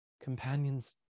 companions